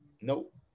Nope